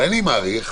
ואני מעריך,